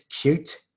cute